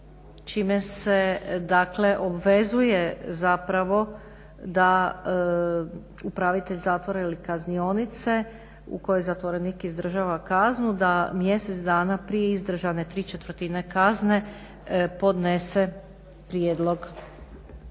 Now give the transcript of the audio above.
dakle obvezuje zapravo da upravitelj zatvora ili kaznionice u kojoj zatvorenik izdržava kaznu, da mjeseca dana prije izdržane tri četvrtine kazne podnese prijedlog